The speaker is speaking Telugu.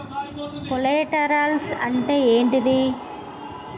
కొలేటరల్స్ అంటే ఏంటిది?